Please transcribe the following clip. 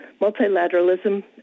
multilateralism